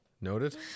Noted